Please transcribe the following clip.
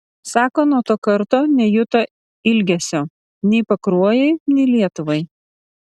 sako nuo to karto nejuto ilgesio nei pakruojui nei lietuvai